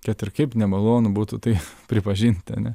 kad ir kaip nemalonu būtų tai pripažinti ane